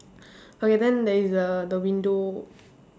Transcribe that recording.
okay then there is a the window